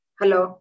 hello